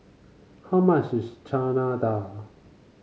how much is Chana Dal